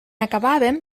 acabàvem